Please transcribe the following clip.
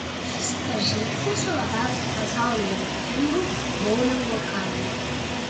susipažinkite su labiausiai pasaulyje vertingu boulingo kamuoliu